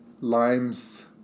limes